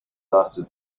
lasted